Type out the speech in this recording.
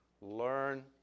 Learn